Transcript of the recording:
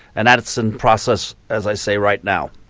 and that it's in process as i say, right now.